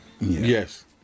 Yes